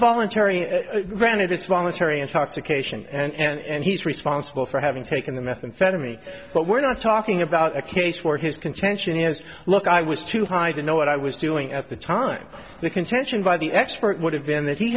voluntary granted it's voluntary intoxication and he's responsible for having taken the methamphetamine but we're not talking about a case where his contention is look i was too high the know what i was doing at the time the contention by the expert would have been that he